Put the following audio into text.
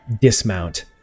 dismount